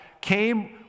came